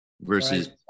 versus